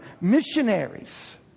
missionaries